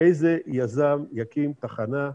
איזה יזם יקים תחנה,